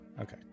Okay